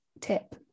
tip